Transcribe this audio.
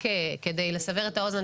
רק כדי לסבר את האוזן,